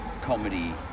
comedy